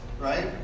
right